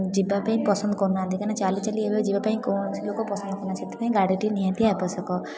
ଯିବା ପାଇଁ ପସନ୍ଦ କରୁନାହାନ୍ତି କାହିଁକି ନା ଚାଲିଚାଲି ଏବେ ଯିବା ପାଇଁ କୌଣସି ଲୋକ ପସନ୍ଦ କରୁନାହାଁନ୍ତି ସେଥିପାଇଁ ଗାଡ଼ିଟି ନିହାତି ଆବଶ୍ୟକ